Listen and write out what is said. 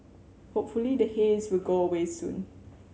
hopefully the haze will go away soon